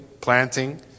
planting